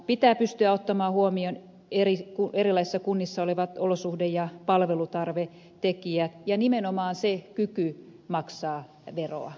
pitää pystyä ottamaan huomioon erilaisissa kunnissa olevat olosuhde ja palvelutarvetekijät ja nimenomaan se kyky maksaa veroa